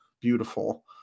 beautiful